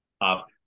up